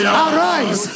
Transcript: arise